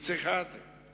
היא צריכה את זה.